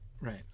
Right